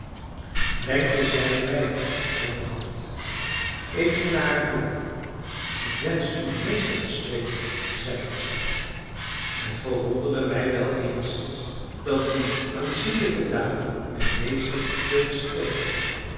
wenkte zij mij met de hand ik ging naar haar toe ik wenschte uw meester te spreken zeide zij het verwonderde mij wel eenigszins dat die aanzienlijke dame mijn meester wilde spreken